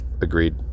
agreed